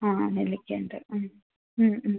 ആ നെല്ലിക്കയുണ്ട് ഉം ഉം ഉം